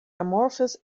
amorphous